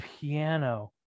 piano